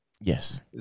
Yes